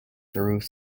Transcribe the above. through